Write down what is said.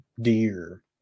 Deer